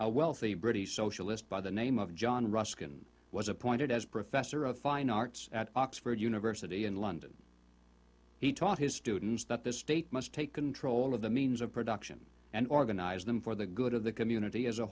are wealthy british socialist by the name of john ruskin was appointed as professor of fine arts at oxford university in london he taught his students that the state must take control of the means of production and organize them for the good of the community as a